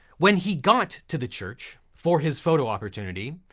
when he got to the church for his photo opportunity,